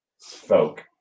folk